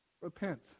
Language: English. Repent